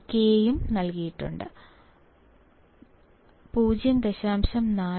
K യും നൽകിയിട്ടുണ്ട് 0